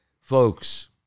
Folks